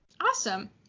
Awesome